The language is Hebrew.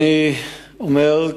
אני אומר,